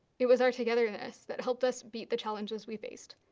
it was our togetherness that helped us beat the challenges we faced.